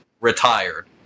retired